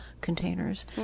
containers